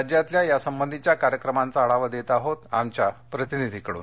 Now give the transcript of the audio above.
राज्यातल्या यासंबंधीच्या कार्यक्रमांचा आढावा देत आहोत आमच्या प्रतिनिधीकडून